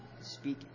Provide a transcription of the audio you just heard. speak